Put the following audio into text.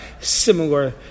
similar